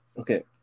okay